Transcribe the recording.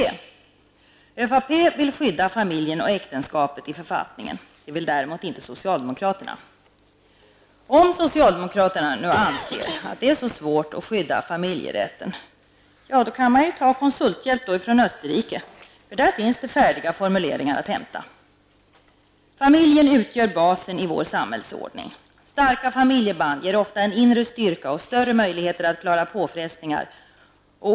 ÖVP vill skydda familjen och äktenskapet i författningen. Det vill däremot inte socialdemokraterna. Om socialdemokraterna nu anser att det är så svårt att skydda familjerätten kan man ju ta konsulthjälp från Österrike -- där finns det färdiga formuleringar att hämta. Familjen utgör basen i vår samhällsordning. Starka familjeband ger ofta en inre styrka och större möjligheter att klara påfrestningar.